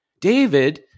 David